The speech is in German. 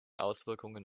auswirkungen